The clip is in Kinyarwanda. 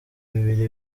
bibiri